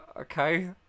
okay